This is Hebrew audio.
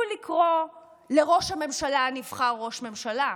לקרוא לראש הממשלה הנבחר ראש ממשלה,